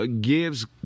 gives